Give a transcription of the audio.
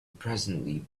presently